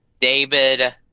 David